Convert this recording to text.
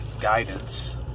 guidance